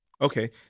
Okay